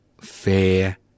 fair